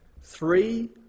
Three